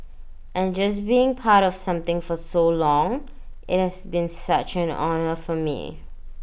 and just being part of something for so long IT has been such an honour for me